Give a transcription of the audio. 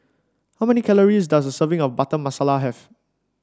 how many calories does serving of Butter Masala have